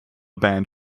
band